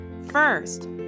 First